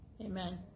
Amen